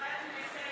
בבקשה.